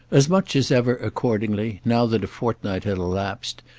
as much as ever, accordingly, now that a fortnight had elapsed,